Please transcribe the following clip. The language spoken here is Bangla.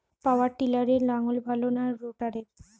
পাওয়ার টিলারে লাঙ্গল ভালো না রোটারের?